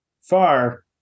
far